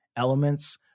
elements